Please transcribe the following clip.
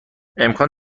امکان